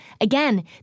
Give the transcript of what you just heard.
Again